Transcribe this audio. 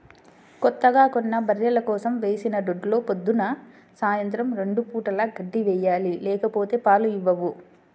కొత్తగా కొన్న బర్రెల కోసం వేసిన దొడ్లో పొద్దున్న, సాయంత్రం రెండు పూటలా గడ్డి వేయాలి లేకపోతే పాలు ఇవ్వవు